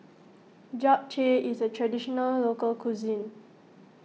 Japchae is a Traditional Local Cuisine